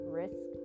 risk